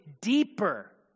deeper